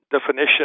definition